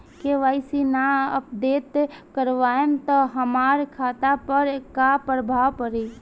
KYC ना update करवाएम त हमार खाता पर का प्रभाव पड़ी?